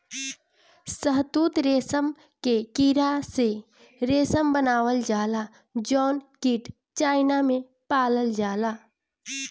शहतूत रेशम के कीड़ा से रेशम बनावल जाला जउन कीट चाइना में पालल जाला